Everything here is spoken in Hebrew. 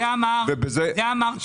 אבל שוקי, זה אמר טלמון.